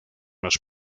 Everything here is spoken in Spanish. los